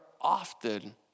often